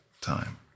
time